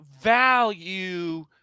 value –